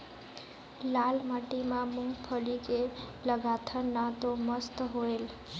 लाल माटी म मुंगफली के लगाथन न तो मस्त होयल?